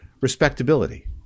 respectability